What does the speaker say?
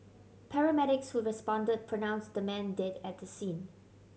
paramedics who responded pronounced the man dead at the scene